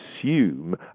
assume